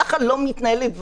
כך לא מתנהלת ועדה.